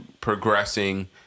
progressing